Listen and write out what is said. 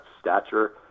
stature